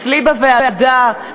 אצלי בוועדה,